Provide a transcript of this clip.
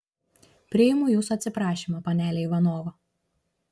priimu jūsų atsiprašymą panele ivanova